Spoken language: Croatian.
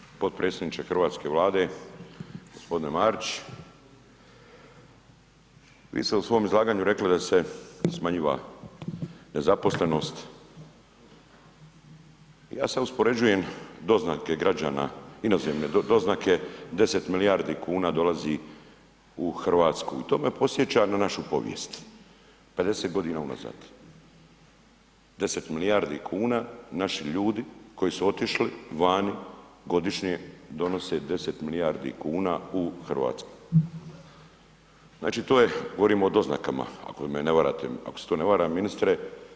Ministre, potpredsjedniče hrvatske Vlade, g. Marić, vi ste u svom izlaganju rekli da se smanjiva nezaposlenost, ja sad uspoređujem doznake građana, inozemne doznake, 10 milijardi kuna dolazi u RH i to me podsjeća na našu povijest, 50.g. unazad, 10 milijardi kuna naši ljudi koji su otišli vani godišnje donose 10 milijardi kuna u RH, znači to je, govorimo o doznakama, ako me ne varate, ako se to ne vara ministre.